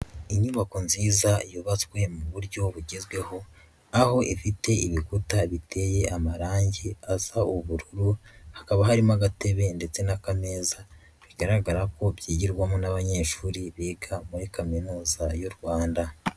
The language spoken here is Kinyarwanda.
Inyubako nziza yubatswe mu buryo bugezweho aho ifite ibikuta biteye amarangi asa ubururu, hakaba harimo agatebe ndetse n'akameza, bigaragara ko byigirwamo n'abanyeshuri biga muri kaminuza y'u Rwanda.